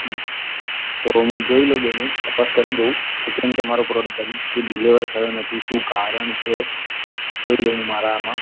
હં તો હું જોઈ લઉં બે મિનિટ તપાસ કરી જોવું કેમ તમારો પ્રોડક્ટ હજી સુધી ડીલેવર થયો નથી હજી સુધી શું કારણ છે જોઈ લઉં હું મારામાં